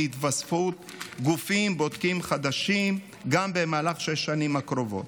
להתווספות גופים בודקים חדשים גם במהלך שש השנים הקרובות.